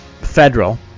federal